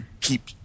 keep